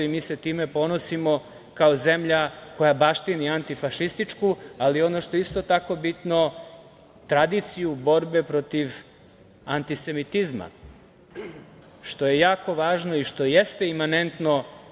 Mi se time ponosimo kao zemlja koja baštini anti-fašističku, ali ono što je isto bitno, tradiciju borbe protiv anti-semitizma, što je jako važno i što jeste imanentno.